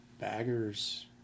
baggers